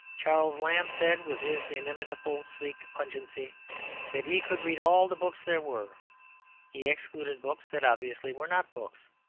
charles lamb said with his inimitable sleek pungency that he could read all the books there were he excluded books that obviously were not books,